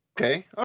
Okay